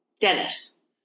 Dennis